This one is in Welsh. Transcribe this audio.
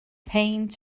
peint